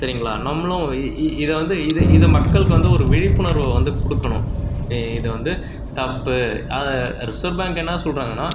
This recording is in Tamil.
சரிங்களா நம்மளும் இதை வந்து இது இது மக்களுக்கு வந்து ஒரு விழிப்புணர்வு வந்து கொடுக்கணும் இதை வந்து தப்பு ரிசர்வ் பேங்க் என்னா சொல்றாங்கன்னா